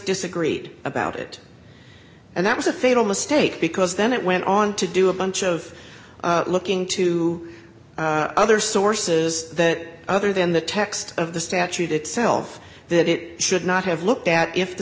disagreed about it and that was a fatal mistake because then it went on to do a bunch of looking to other sources that other than the text of the statute itself that it should not have looked at if the